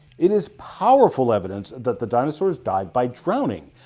it is powerful evidence that the dinosaurs died by drowning,